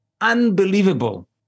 unbelievable